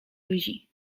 ludzi